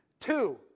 Two